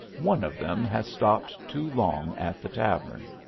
one of them has stopped too long at the tavern.